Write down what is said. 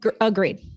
Agreed